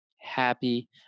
happy